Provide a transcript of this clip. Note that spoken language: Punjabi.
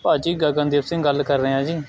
ਭਾਅ ਜੀ ਗਗਨਦੀਪ ਸਿੰਘ ਗੱਲ ਕਰ ਰਿਹਾ ਜੀ